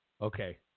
Okay